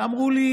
ואמרו לי: